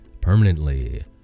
permanently